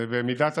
בין שאר הדברים.